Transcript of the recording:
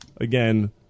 again